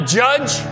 judge